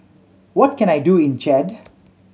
what can I do in Chad